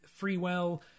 Freewell